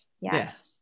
yes